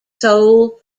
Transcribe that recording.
sold